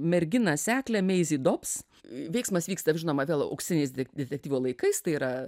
merginą seklę meizi dobs veiksmas vyksta žinoma vėl auksiniais detektyvo laikais tai yra